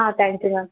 thank you ma'am